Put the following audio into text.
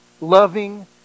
Loving